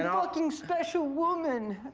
and fucking special woman,